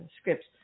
scripts